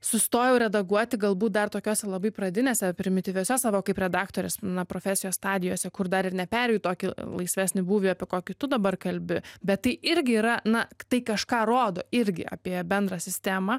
sustojau redaguoti galbūt dar tokiose labai pradinėse primityviose savo kaip redaktorės na profesijos stadijose kur dar ir neperėjau į tokį laisvesnį būvį apie kokį tu dabar kalbi bet tai irgi yra na tai kažką rodo irgi apie bendrą sistemą